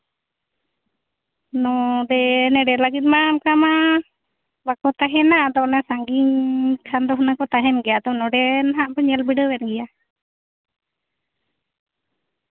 ᱱᱚᱰᱮ ᱞᱟᱹᱜᱤᱫ ᱢᱟ ᱚᱱᱠᱟ ᱢᱟ ᱵᱟᱠᱚ ᱛᱟᱦᱮᱱᱟ ᱟᱫᱚ ᱚᱱᱟ ᱥᱟᱺᱜᱤᱧ ᱠᱷᱟᱱ ᱫᱚ ᱦᱩᱱᱟᱹᱝ ᱠᱚ ᱛᱟᱦᱮᱱ ᱜᱮᱭᱟ ᱟᱫᱚ ᱱᱚᱰᱮ ᱱᱟᱜ ᱵᱚᱱ ᱧᱮᱞ ᱵᱤᱰᱟᱹᱣᱮᱫ ᱜᱮᱭᱟ